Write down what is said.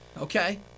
okay